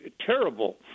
terrible